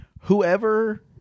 whoever